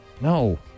No